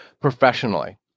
professionally